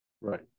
Right